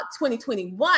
2021